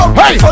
hey